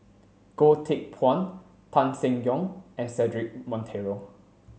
Goh Teck Phuan Tan Seng Yong and Cedric Monteiro